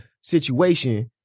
Situation